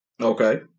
Okay